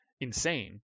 insane